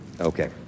Okay